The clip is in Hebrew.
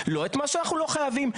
לא את מה שאנחנו לא חייבים.